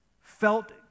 felt